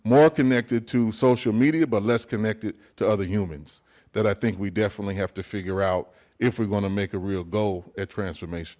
more connected to social media but less connected to other humans that i think we definitely have to figure out if we're gonna make a real goal at transformation